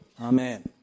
Amen